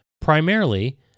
Primarily